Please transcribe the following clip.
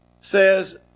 says